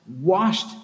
washed